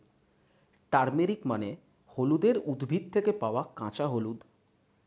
turmeric মানে হলুদের উদ্ভিদ থেকে পাওয়া কাঁচা হলুদ